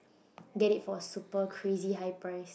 get it for super crazy high price